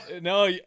No